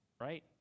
right